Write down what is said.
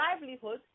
livelihood